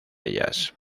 ellas